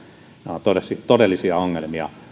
nämä ovat todellisia ongelmia